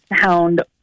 sound